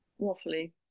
waffly